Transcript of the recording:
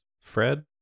Fred